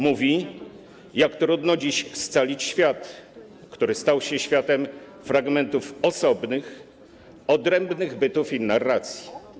Mówi, jak trudno dziś scalić świat, który stał się światem fragmentów osobnych, odrębnych bytów i narracji.